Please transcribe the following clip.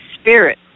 spirit